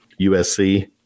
USC